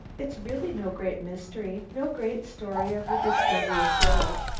it's really no great mystery, no great story of the discovery of gold.